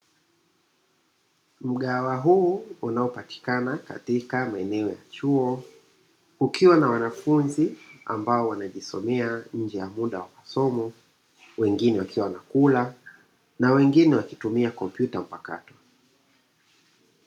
Mgahawa huu unaopatikana katika maeneo ya chuo ukiwa na wanafunzi ambao wanajisomea nje ya muda wa masomo, wengine wakiwa wanakula na wengine wakiwa wanatumia kompyuta mpakato.